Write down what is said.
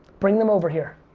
bring them over here.